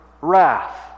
wrath